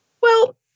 Well-